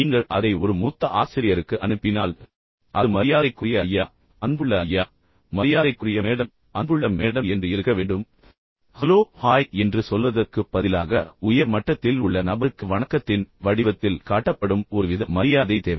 நீங்கள் அதை ஒரு மூத்த ஆசிரியருக்கு அனுப்பினால் அது மரியாதைக்குரிய ஐயா அன்புள்ள ஐயா மரியாதைக்குரிய மேடம் அன்புள்ள மேடம் என்று இருக்க வேண்டும் ஹலோ ஹாய் என்று சொல்வதற்குப் பதிலாக உயர் மட்டத்தில் உள்ள நபருக்கு வணக்கத்தின் வடிவத்தில் காட்டப்படும் ஒருவித மரியாதை தேவை